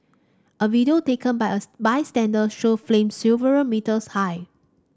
a video taken by a bystander show flames several metres high